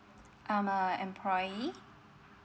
I'm a employee